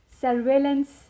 surveillance